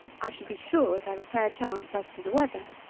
i should be sure to have a fair chance as to the weather.